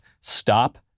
stop